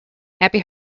happy